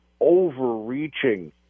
overreaching